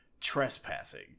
trespassing